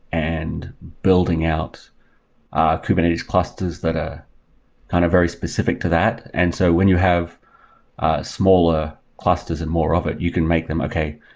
and building out kubernetes clusters that are kind of very specific to that. and so when you have smaller clusters and more of it, you can make them, okay,